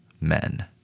men